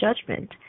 judgment